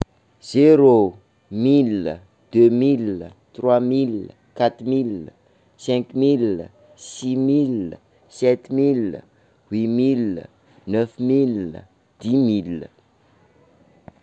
Zéro, mille, deux mille, trois mille, quat mille, cinq mille, six mille, sept mille, huit mille, neuf mille, dix mille.